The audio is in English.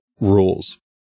rules